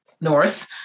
North